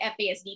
FASD